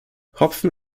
hopfen